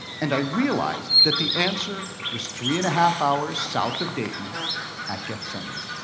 and i realized that the answer was three and a half hours south of dayton at gethsemani.